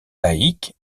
laïques